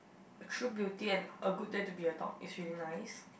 true beauty and a good day to be a dog is really nice